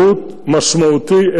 לשירות משמעותי.